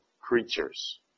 creatures